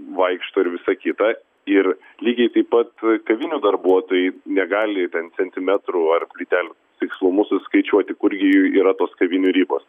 vaikšto ir visa kita ir lygiai taip pat kavinių darbuotojai negali ten centimetrų ar plytelių tikslumu susiskaičiuoti kur gi yra tos kavinių ribos